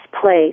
place